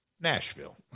Nashville